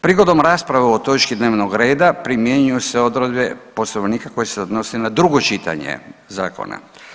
Prigodom rasprave o ovoj točki dnevnog reda primjenjuju se odredbe Poslovnika koje se odnose na drugo čitanje zakona.